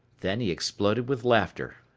then he exploded with laughter.